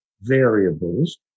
variables